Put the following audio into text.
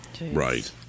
Right